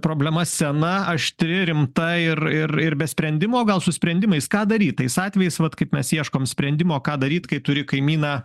problema sena aštri rimta ir ir ir ir be sprendimo gal su sprendimais ką daryt tais atvejais vat kaip mes ieškom sprendimo ką daryt kai turi kaimyną